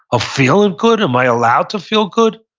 of feeling good? am i allowed to feel good?